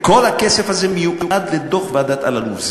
כל הכסף הזה מיועד לדוח ועדת אלאלוף.